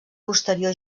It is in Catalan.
posterior